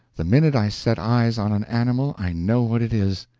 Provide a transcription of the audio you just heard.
the minute i set eyes on an animal i know what it is.